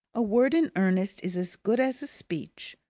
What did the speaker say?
a word in earnest is as good as a speech.